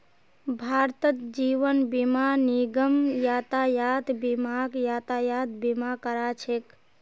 भारतत जीवन बीमा निगम यातायात बीमाक यातायात बीमा करा छेक